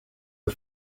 the